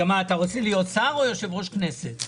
דברים חשובים --- אצל הרב גפני הביאו אבא